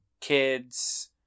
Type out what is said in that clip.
kids